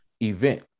event